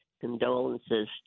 condolences